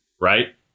right